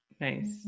Nice